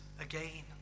again